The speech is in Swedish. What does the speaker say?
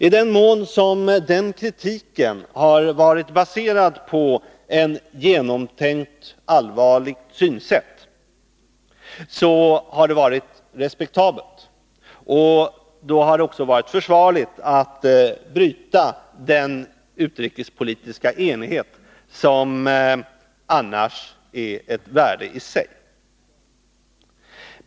I den mån som den kritiken har varit baserad på ett genomtänkt, allvarligt synsätt har det hela 65 ER varit respektabelt, och då har det också varit försvarligt att bryta den utrikespolitiska enighet som annars är ett värde i sig.